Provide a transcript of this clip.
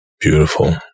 beautiful